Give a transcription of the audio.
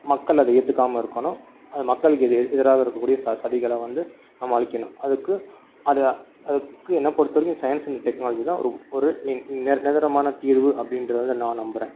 மக்கள் அதை ஏற்றுக்காம இருக்கணும் அது மக்களுக்கு எதி எதிராக இருக்கக்கூடிய ச சதிகளை வந்து நம்ம அழிக்கணும் அதுக்கு அதுக்கு என்னை பொறுத்தவரைக்கும் சயின்ஸ் அண்டு டெக்னாலஜி தான் ஒரு நி நிரந்தரமான தீர்வு அப்படின்றத வந்து நான் நம்புகிறேன்